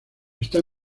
está